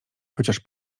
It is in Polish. chociaż